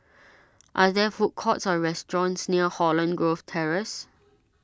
are there food courts or restaurants near Holland Grove Terrace